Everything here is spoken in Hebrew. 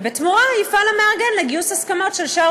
ובתמורה יפעל המארגן לגיוס הסכמות של שאר